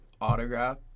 autograph